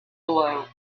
below